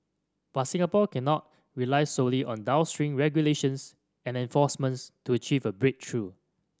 but Singapore cannot rely solely on downstream regulations and enforcements to achieve a breakthrough